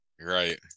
right